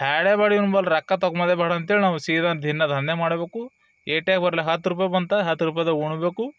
ಬ್ಯಾಡೆ ಬ್ಯಾಡ ಇವನ್ಬಲ್ಲಿ ರೊಕ್ಕ ತಕೊಮದೆ ಬ್ಯಾಡ ಅಂತ ಹೇಳಿ ನಾವು ಸೀದಾ ದಿನ ದಂಧೆ ಮಾಡಬೇಕು ಏಟೆ ಬರ್ಲಿ ಹತ್ತು ರೂಪಾಯಿ ಬಂತು ಅಂದ್ರೆ ಹತ್ತು ರೂಪೈದಗ ಉಣಬೇಕು